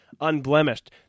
unblemished